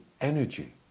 energy